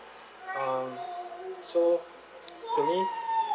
um so to me